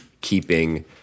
keeping